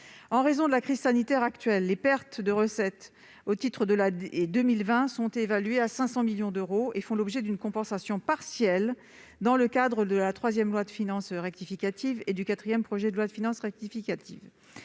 En raison de la crise sanitaire actuelle, les pertes de recettes pour l'Afitf au titre de l'année 2020 sont évaluées à 500 millions d'euros et font l'objet d'une compensation partielle dans le cadre de la troisième loi de finances rectificative et du quatrième projet de loi de finances rectificative.